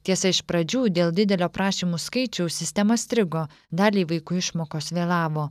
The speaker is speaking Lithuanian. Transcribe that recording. tiesa iš pradžių dėl didelio prašymų skaičiaus sistema strigo daliai vaikų išmokos vėlavo